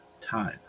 time